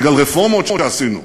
בגלל רפורמות שעשינו.